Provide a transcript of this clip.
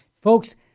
Folks